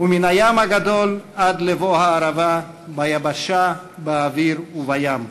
ומן הים הגדול עד לבוא הערבה, ביבשה באוויר ובים.